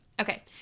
Okay